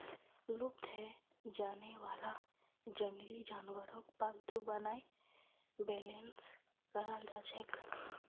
लुप्त हैं जाने वाला जंगली जानवरक पालतू बनाए बेलेंस कराल जाछेक